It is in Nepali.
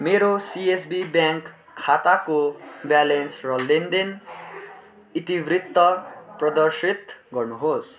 मेरो सिएसबी ब्याङ्क खाताको ब्यालेन्स र लेनदेन इतिवृत्त प्रदर्शित गर्नुहोस्